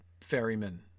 ferryman